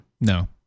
No